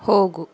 ಹೋಗು